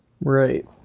Right